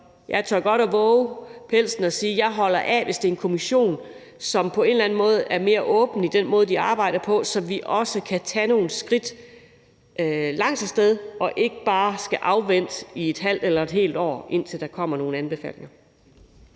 jeg tør godt at vove pelsen og sige, at jeg holder af, hvis det er en kommission, som på en eller anden måde er mere åben i den måde, de arbejder på, så vi også kan tage nogle skridt henad vejen og ikke bare skal vente i et halvt eller et helt år, indtil der kommer nogle anbefalinger.